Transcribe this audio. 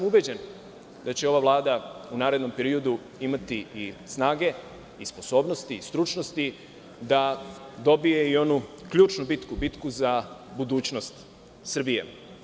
Ubeđen sam da će ova Vlada u narednom periodu imati snage i sposobnosti i stručnosti da dobije i onu ključnu bitku, bitku za budućnost Srbije.